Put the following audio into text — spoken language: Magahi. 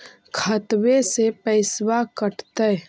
खतबे से पैसबा कटतय?